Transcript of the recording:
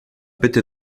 bitte